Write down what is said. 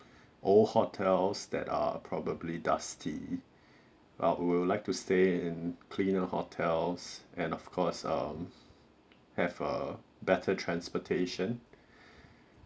old hotels that are probably dusty but we would like to stay and cleaner hotels and of course um have a better transportation